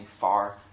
far